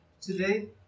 today